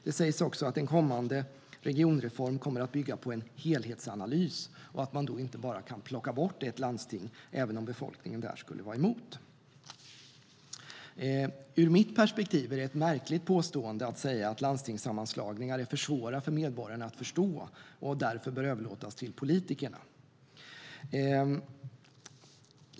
Det sägs också att en kommande regionreform kommer att bygga på en helhetsanalys och att man då inte bara kan plocka bort ett landsting, även om befolkningen där skulle vara emot. Ur mitt perspektiv är det ett märkligt påstående att säga att landstingssammanslagningar är för svåra för medborgarna att förstå och därför bör överlåtas till politikerna.